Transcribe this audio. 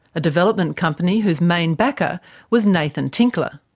a development company whose main backer was nathan tinkler.